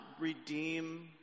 redeem